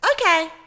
okay